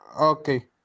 Okay